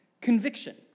conviction